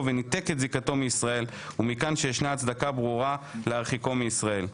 וניתק את זיקתו מישראל ומכאן שישנה הצדקה ברורה להרחיקו מישראל.